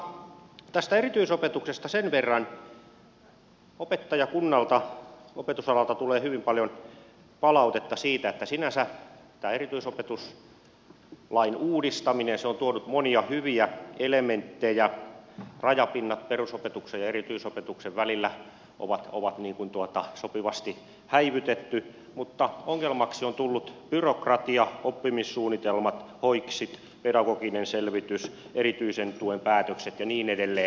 mutta tästä erityisopetuksesta sen verran että opettajakunnalta opetusalalta tulee hyvin paljon palautetta siitä että sinänsä tämä erityisopetuslain uudistaminen on tuonut monia hyviä elementtejä ja rajapinnat perusopetuksen ja erityisopetuksen välillä on sopivasti häivytetty mutta ongelmaksi on tullut byrokratia oppimissuunnitelmat hojksit pedagoginen selvitys erityisen tuen päätökset ja niin edelleen